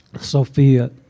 Sophia